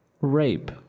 rape